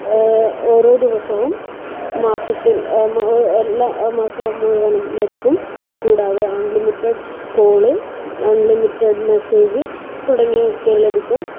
ഓരോ ദിവസവും മാസത്തിൽ എല്ലാ മാസവും മുഴുവനും ലഭിക്കും കൂടാതെ അൺലിമിറ്റഡ് കോൾ അൺലിമിറ്റഡ് മെസ്സേജ് തുടങ്ങിയവയൊക്കെ ലഭിക്കും